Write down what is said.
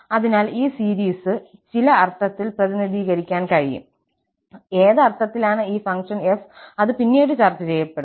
അതിനാൽ ഈ സീരീസ് ചില അർത്ഥത്തിൽ പ്രതിനിധീകരിക്കാൻ കഴിയും ഏത് അർത്ഥത്തിലാണ് ഈ ഫംഗ്ഷൻ f അത് പിന്നീട് ചർച്ച ചെയ്യപ്പെടും